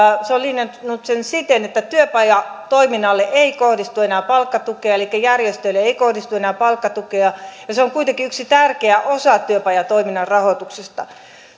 se on käytännössä linjannut siten että työpajatoiminnalle ei kohdistu enää palkkatukea elikkä järjestöille ei ei kohdistu enää palkkatukea ja se on kuitenkin yksi tärkeä osa työpajatoiminnan rahoituksesta